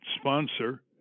sponsor